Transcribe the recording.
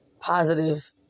positive